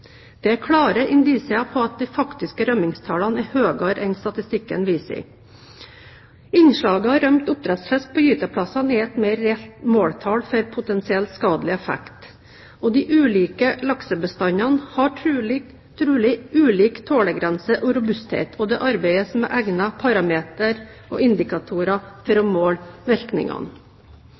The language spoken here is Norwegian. Det er klare indisier på at de faktiske rømmingstallene er høyere enn statistikken viser. Innslaget av rømt oppdrettsfisk på gyteplassene er et mer reelt måltall for potensiell skadelig effekt. De ulike laksebestandene har trolig ulike tålegrenser og robusthet, og det arbeides med egnede parametere og indikatorer for å måle virkningene.